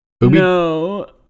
No